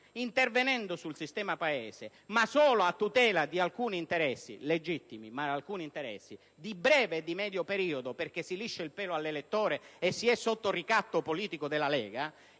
intervenendo sul sistema Paese, ma solo a tutela di alcuni interessi - legittimi, ma circoscritti - di breve e medio periodo (perché si liscia il pelo all'elettore e si è sotto il ricatto politico della Lega),